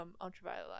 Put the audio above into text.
ultraviolet